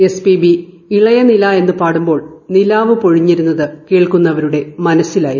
S P B ഇളയനിലാ എന്ന് പാടുമ്പോൾ ന്മില്ലാവ് പൊഴിഞ്ഞിരുന്നത് കേൾക്കുന്നവരുടെ മനസ്സിലായിരുന്നു